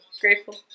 Grateful